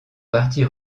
partie